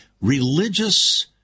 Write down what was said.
religious